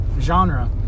genre